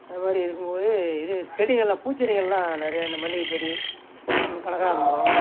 அந்த மாதிரி இருக்கும்போது இது செடிகளெலாம் பூச்செடிகளெலாம் நிறையா இந்த மல்லிகைச்செடி கனகாம்பரம்